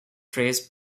phrase